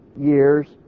years